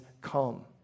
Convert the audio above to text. come